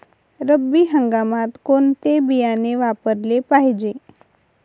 रब्बी हंगामात कोणते बियाणे वापरले पाहिजे?